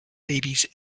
babies